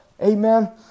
Amen